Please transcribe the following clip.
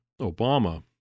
Obama